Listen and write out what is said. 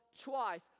twice